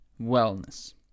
wellness